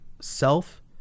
self